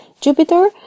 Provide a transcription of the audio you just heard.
Jupiter